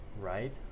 Right